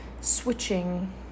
switching